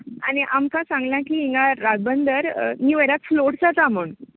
आनी आमकां सांगला की हिंगा रायबंदर नीव इयराक फ्लोट जाता म्हूण